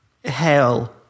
Hell